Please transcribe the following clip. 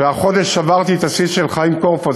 והחודש שברתי את השיא של חיים קורפו,